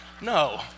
No